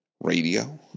radio